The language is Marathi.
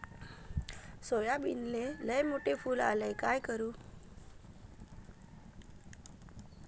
सोयाबीनले लयमोठे फुल यायले काय करू?